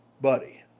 buddy